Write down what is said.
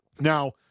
Now